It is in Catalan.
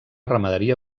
ramaderia